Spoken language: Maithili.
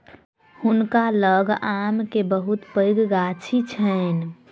हुनका लग आम के बहुत पैघ गाछी छैन